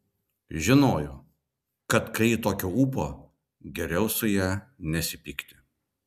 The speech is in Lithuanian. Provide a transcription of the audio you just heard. žinojo kad kai ji tokio ūpo geriau su ja nesipykti